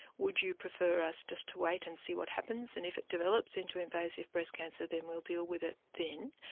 would you prefer us just to wait and see what happens and if it develops into invasive breast cancer then we'll deal with it then.